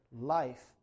life